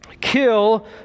Kill